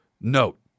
note